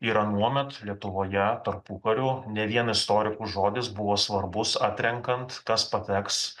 ir anuomet lietuvoje tarpukariu ne vien istorikų žodis buvo svarbus atrenkant kas pateks